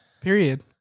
period